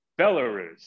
Belarus